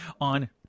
on